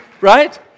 Right